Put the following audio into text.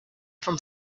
from